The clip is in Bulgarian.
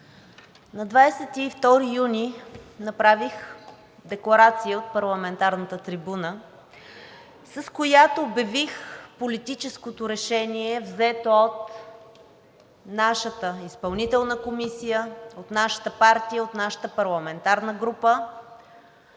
На 22 юни направих декларация от парламентарната трибуна, с която обявих политическото решение, взето от нашата изпълнителна комисия, от нашата партия и от нашата парламентарна група